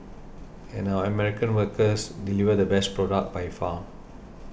and our American workers deliver the best product by far